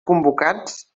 convocats